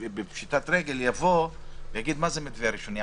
בפשיטת רגל ישאל: מה זה מתווה ראשוני?